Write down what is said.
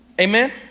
Amen